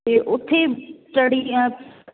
ਅਤੇ ਉੱਥੇ ਸਟਡੀ ਆ